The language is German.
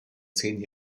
zehn